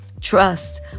Trust